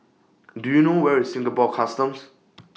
Do YOU know Where IS Singapore Customs